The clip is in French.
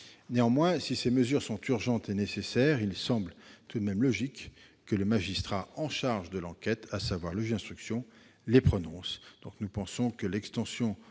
Néanmoins, si ces mesures sont urgentes et nécessaires, il semble tout de même logique que le magistrat chargé de l'enquête, à savoir le juge instruction, les prononce.